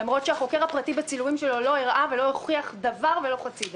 למרות שהחוקר הפרטי בצילומים שלו לא הראה ולא הוכיח דבר או חצי דבר.